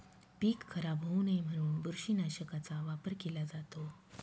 पीक खराब होऊ नये म्हणून बुरशीनाशकाचा वापर केला जातो